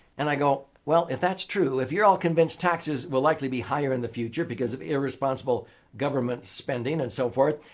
and i go, well, if that's true, if you're all convinced taxes will likely be higher in the future because of irresponsible government spending and so forth,